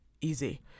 easy